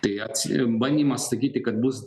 tai atsi bandymas sakyti kad bus